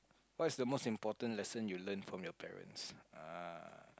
what is the most important lesson you learn from your parents